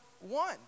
one